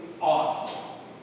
awesome